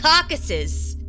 caucuses